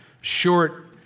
short